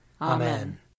Amen